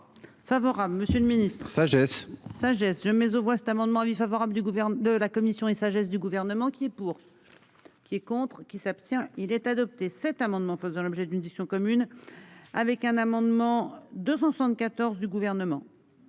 Favorable, Monsieur le Ministre, sagesse, sagesse jamais aux voix cet amendement avis favorable du gouverneur de la commission et sagesse du gouvernement qui est pour. Qui est contre qui s'abstient. Il est adopté cet amendement faisant l'objet d'une édition commune. Avec un amendement 274 du gouvernement.